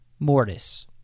Mortis